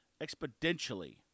Exponentially